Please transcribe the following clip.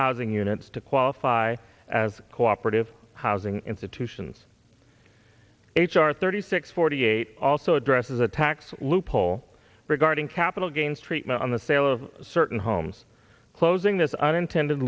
housing units to qualify as co operative housing institutions h r thirty six forty eight also addresses a tax loophole regarding capital gains treatment on the sale of certain homes closing this unintended